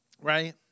right